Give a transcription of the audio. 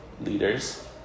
leaders